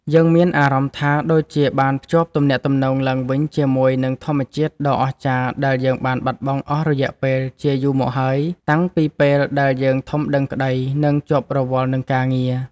យើងមានអារម្មណ៍ថាដូចជាបានភ្ជាប់ទំនាក់ទំនងឡើងវិញជាមួយនឹងធម្មជាតិដ៏អស្ចារ្យដែលយើងបានបាត់បង់អស់រយៈពេលជាយូរមកហើយតាំងពីពេលដែលយើងធំដឹងក្ដី និង ជាប់រវល់នឹងការងារ។